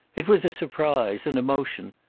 it was a surprise, an emotion.